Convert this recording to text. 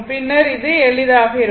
பின்னர் அது எளிதாக இருக்கும்